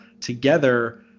together